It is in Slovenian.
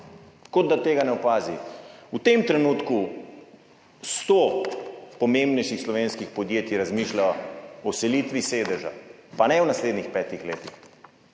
kot da tega ne opazi. V tem trenutku sto pomembnejših slovenskih podjetij razmišlja o selitvi sedeža, pa ne v naslednjih petih letih,